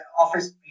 Office